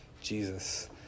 Jesus